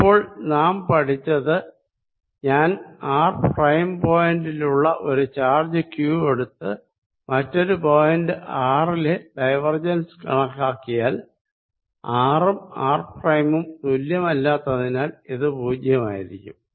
അപ്പോൾ നാം പഠിച്ചത് ഞാൻ ആർ പ്രൈം പോയിന്റ് ലുള്ള ഒരു ചാർജ് ക്യൂ എടുത്ത് മറ്റൊരു പോയിന്റ് ആർ ലെ ഡൈവർജൻസ് കണക്കാക്കിയാൽ ആർ ഉം ആർ പ്രൈമും തുല്യമല്ലാത്തതിനാൽ ഇത് പൂജ്യമായിരിക്കും